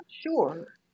sure